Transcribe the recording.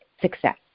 success